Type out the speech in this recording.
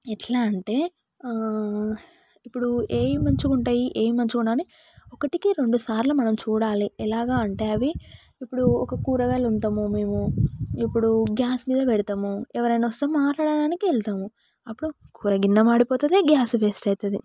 ఎట్లా అంటే ఇప్పుడు ఏవి మంచిగా ఉంటాయి ఏవి మంచిగా ఉండవు ఒకటికి రెండుసార్లు మనం చూడాలి ఎలాగా అంటే అవి ఒక కూరగాయలు అంటాను మేము ఇప్పుడు గ్యాస్ మీద పెడతాము ఎవరైనా వస్తే మాట్లాడడానికి వెళ్తాము అప్పుడు కూర గిన్నె మాడిపోతుంది గ్యాస్ వేస్ట్ అవుతుంది